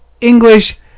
English